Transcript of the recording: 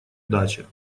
дача